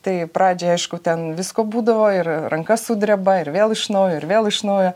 tai pradžioj aišku ten visko būdavo ir ranka sudreba ir vėl iš naujo ir vėl iš naujo